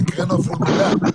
לא הקראתי אפילו מילה,